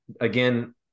again